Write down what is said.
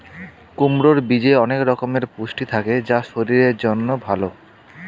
কুমড়োর বীজে অনেক রকমের পুষ্টি থাকে যা শরীরের জন্য ভালো